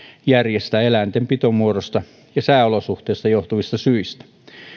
järjestää eläintenpitomuodosta ja sääolosuhteista johtuvista syistä